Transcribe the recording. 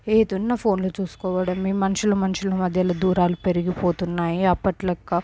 ఏదున్నా ఫోన్లో చూసుకోవడమే మనుషులు మనుషుల మధ్య దూరాలు పెరిగిపోతున్నాయి అప్పటి లాగా